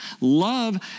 Love